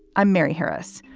i'm mary harris.